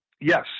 yes